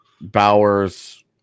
bowers